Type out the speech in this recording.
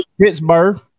Pittsburgh